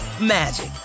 magic